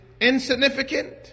insignificant